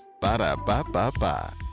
Ba-da-ba-ba-ba